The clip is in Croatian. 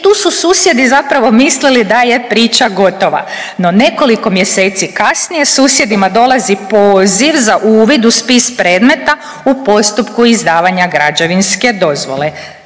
tu su susjedi zapravo mislili da je priča gotova. No, nekoliko mjeseci kasnije susjedima dolazi poziv za uvid u spis predmeta u postupku izdavanja građevinske dozvole.